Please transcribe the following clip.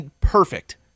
perfect